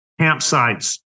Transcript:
campsites